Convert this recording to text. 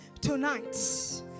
Tonight